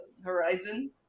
Horizon